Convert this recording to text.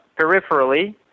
peripherally